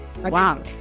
Wow